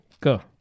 Go